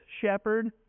shepherd